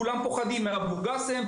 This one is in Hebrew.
כי כולם מפחדים מאבו גאסם,